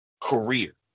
career